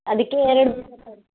ಅದಕ್ಕೆ ಎರಡು ಬೇಕಾಗ್ತವ್ ರೀ